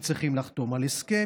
הם צריכים לחתום על הסכם,